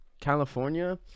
California